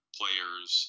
players